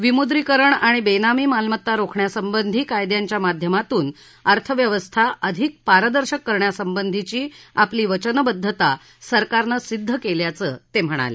विमुद्रीकरण आणि बेनामी मालमत्ता रोखण्यासंबंधी कायद्यांच्या माध्यमातून अर्थव्यवस्था अधिक पारदर्शक करण्यासंबंधीची आपली वचनबद्धता सरकारनं सिद्ध केल्याचं ते म्हणाले